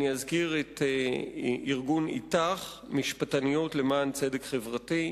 אני אזכיר את ארגון "אתך" משפטניות למען צדק חברתי,